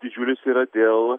didžiulis yra dėl